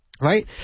right